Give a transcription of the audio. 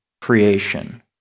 creation